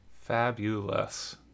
Fabulous